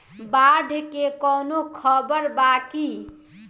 बाढ़ के कवनों खबर बा की?